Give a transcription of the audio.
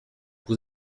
vous